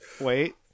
wait